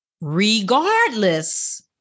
regardless